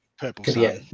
purple